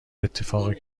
اتفاقی